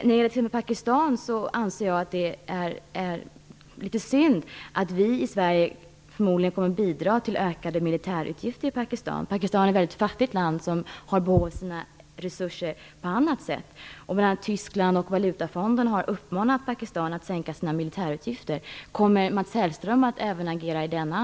När det gäller Pakistan anser jag att det är litet synd att vi i Sverige förmodligen kommer att bidra till ökning av militärutgifterna i detta mycket fattiga land, som har behov av att använda sina resurser på annat sätt. Tyskland och Internationella valutafonden har uppmanat Pakistan att sänka sina militärutgifter. Kommer även Mats Hellström att agera i den andan?